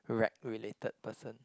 rec related person